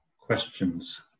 questions